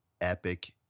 epic